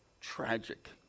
tragic